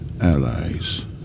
allies